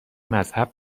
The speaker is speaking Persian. مذهب